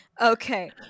Okay